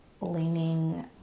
leaning